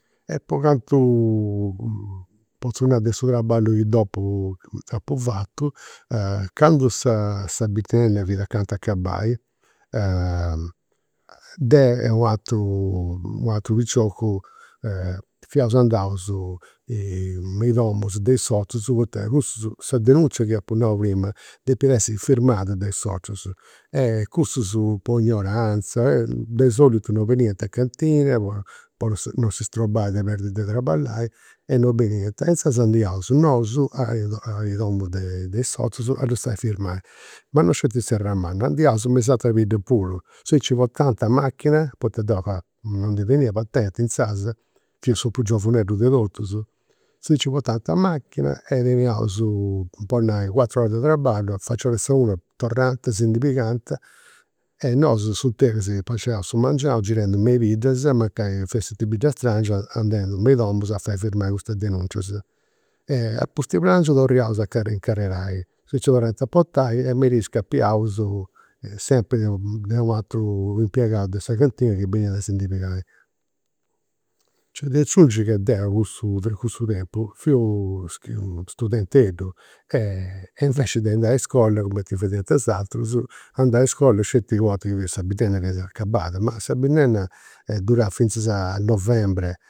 E po cantu potzu nai de su traballu chi dopu apu fatu, candu sa sa binnenna fiat acanta acabai, deu e u' ateru u' ateru piciocu fiaus andaus me i' domus de i' sozus, poita cussus sa denunzia chi apu nau prima, depiat essi firmada de i' sozus. Cussus po ignoranza, de solitu non beniant a cantina po po non si strobai de perdi de traballai, e non beniant. Inzaras andiaus nosu a a i domus de i' sozus a ddus fai firmai. Ma non sceti a Serramanna, andiaus me is ateras biddas puru, si nci portant a machina, poita deu non ndi tenia patenti inzaras, fia su prus giovuneddu de totus, si nci portant a macchina teniaus, po nai, cuatru oras de traballu, faciora sa una torrant, si nsi pigant e nosu in s'interis passiaus su mengianu girendu me i' biddas, mancai fessint biddas strangias, andendu me i' domus a fai firmai custas denuncias. Apustis prangiu torriaus a incarrerai, si nci torrant a portai e a scapiaus sempri de u' ateru impiegau de sa cantina chi beniat a si ndi pigai. C'est de aciungi che deu cussu cussu tempus fiu fiu studenteddu e invece de andai a iscola, cumenti fadiant is aterus, andà a iscola sceti u' 'orta chi fia sa binnenna fiat acabada. Ma sa binnenna durat finzas a novembre